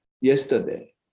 Yesterday